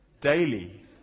daily